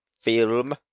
film